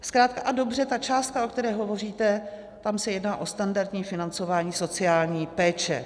Zkrátka a dobře ta částka, o které hovoříte, tam se jedná o standardní financování sociální péče.